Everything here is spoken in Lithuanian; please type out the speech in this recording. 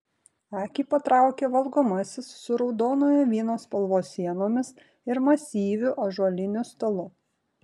akį patraukė valgomasis su raudonojo vyno spalvos sienomis ir masyviu ąžuoliniu stalu